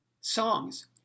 songs